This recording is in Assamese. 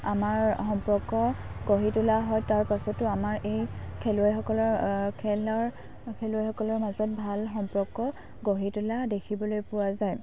আমাৰ সম্পৰ্ক গঢ়ি তোলা হয় তাৰ পাছতো আমাৰ এই খেলুৱৈসকলৰ খেলৰ খেলুৱৈসকলৰ মাজত ভাল সম্পৰ্ক গঢ়ি তোলা দেখিবলৈ পোৱা যায়